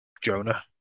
Jonah